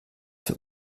für